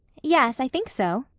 yes, i think so.